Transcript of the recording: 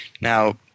Now